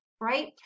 right